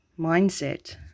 mindset